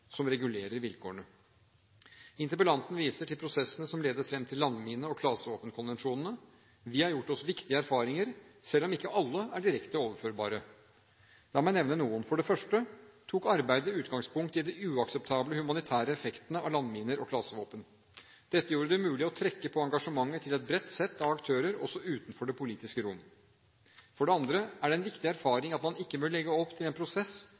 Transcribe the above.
som regulerer vilkårene. Interpellanten viser til prosessene som ledet frem til landmine- og klasevåpenkonvensjonene. Vi har gjort oss viktige erfaringer selv om ikke alle er direkte overførbare. La meg nevne noen. For det første tok arbeidet utgangspunkt i de uakseptable humanitære effektene av landminer og klasevåpen. Dette gjorde det mulig å trekke på engasjementet til et bredt sett av aktører også utenfor det politiske rom. For det andre er det en viktig erfaring at man ikke bør legge opp til en prosess